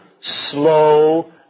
slow